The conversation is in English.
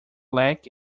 lack